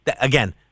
again